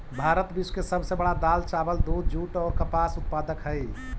भारत विश्व के सब से बड़ा दाल, चावल, दूध, जुट और कपास उत्पादक हई